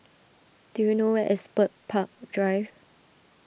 do you know where is Bird Park Drive